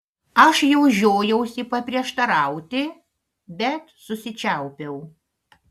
aš jau žiojausi paprieštarauti bet susičiaupiau